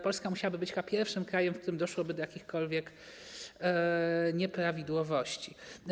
Polska musiałaby być chyba pierwszym krajem, w którym doszłoby do jakichkolwiek nieprawidłowości.